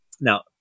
Now